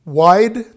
wide